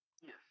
Yes